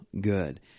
good